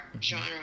genre